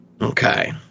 Okay